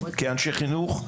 כאנשי חינוך,